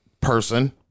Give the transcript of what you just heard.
person